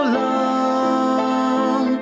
long